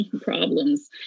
problems